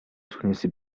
تونستی